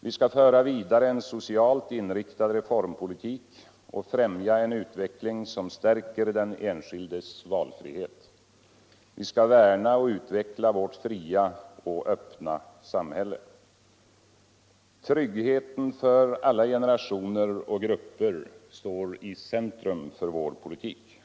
Vi skall föra vidare en socialt inriktad reformpolitik och främja en utveckling som stärker den enskildes valfrihet. Vi skall värna och utveckla vårt fria och öppna samhälle. Tryggheten för alla generationer och grupper står i centrum för vår politik.